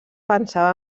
pensava